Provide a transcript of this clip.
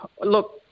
look